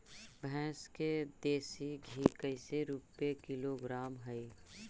भैंस के देसी घी कैसे रूपये किलोग्राम हई?